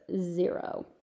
zero